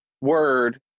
word